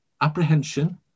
apprehension